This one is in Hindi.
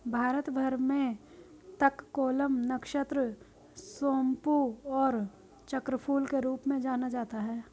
भारत भर में तककोलम, नक्षत्र सोमपू और चक्रफूल के रूप में जाना जाता है